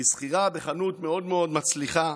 היא שכירה בחנות מאוד מאוד מצליחה,